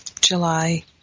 July